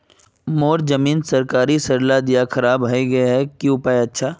मोर जमीन खान सरकारी सरला दीया खराब है गहिये की उपाय अच्छा?